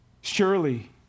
Surely